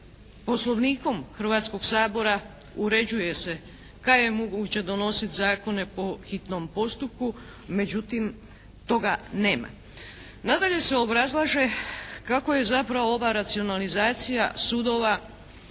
Poslovnikom Hrvatskog sabora uređuje se da je moguće donositi zakone po hitnom postupku, međutim toga nema. Nadalje se obrazlaže kako je zapravo ova racionalizacija sudova,